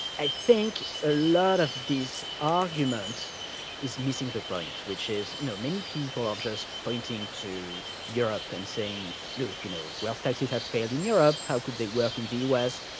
i think a lot of these arguments is missing the point which is, you know many people are just pointing to europe and saying, look, you know wealth taxes have failed in europe, how could they work in the us?